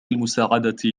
المساعدة